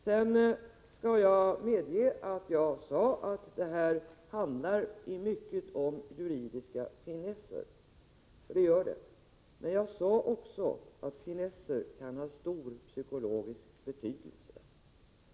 Jag vill vidare medge att jag sade att det här i mycket handlar om juridiska finesser. Men jag sade också att finesser kan ha stor psykologisk betydelse.